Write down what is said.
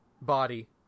body